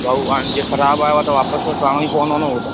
भाऊ हाणे जीअं ख़राबु आयो आहे त वापसि त करिणो ई पवंदो न उहो त